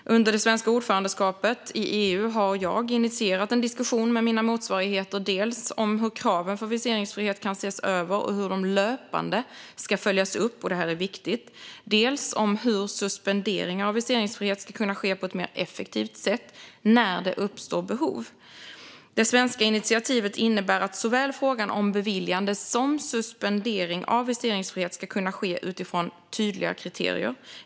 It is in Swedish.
Under det svenska ordförandeskapet i EU har jag initierat en diskussion med mina motsvarigheter dels om hur kraven för viseringsfrihet kan ses över och hur de löpande ska följas upp, vilket är viktigt, dels om hur suspendering av viseringsfrihet ska kunna ske på ett mer effektivt sätt när det uppstår behov. Det svenska initiativet innebär att såväl beviljande som suspendering av viseringsfrihet ska kunna ske utifrån tydliga kriterier.